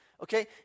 okay